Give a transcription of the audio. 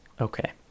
Okay